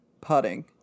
putting